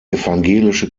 evangelische